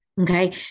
Okay